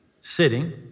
sitting